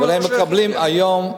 אבל הם מקבלים היום.